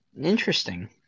Interesting